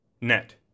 net